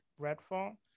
Redfall